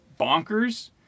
bonkers